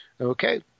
Okay